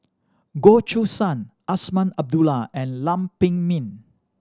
Goh Choo San Azman Abdullah and Lam Pin Min